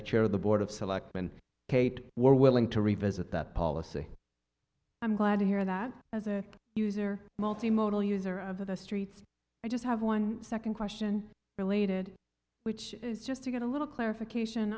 chair of the board of selectmen kate were willing to revisit that policy i'm glad to hear that as a user multi modal user of the streets i just have one second question related which is just to get a little clarification